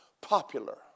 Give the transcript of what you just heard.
popular